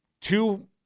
two